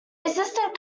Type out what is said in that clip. assistant